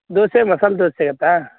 ದೋಸೆ ಮಸಾಲೆ ದೋಸೆ ಸಿಗುತ್ತಾ